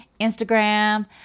Instagram